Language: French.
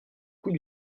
coût